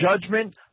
judgment